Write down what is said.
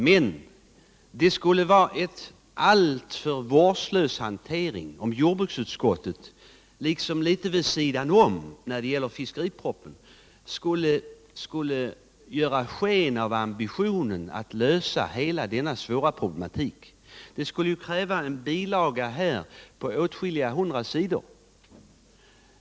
Men det skulle vara en alltför vårdslös hantering av den frågan om jordbruksutskottet skulle ha ambitionen att lösa hela denna svåra problematik liksom litet vid sidan om 1 fiskeripropositionen. Det skulle kräva en bilaga på åtskilliga hundra sidor.